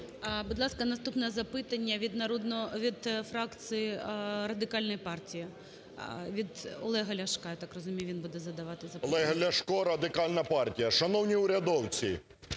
Будь ласка, наступне запитання від фракції Радикальної партії, від Олега Ляшка. Я так розумію, він буде задавати запитання. 10:36:26 ЛЯШКО О.В. Олег Ляшко, Радикальна партія. Шановні урядовці,